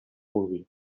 vulgui